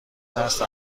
نسل